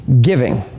giving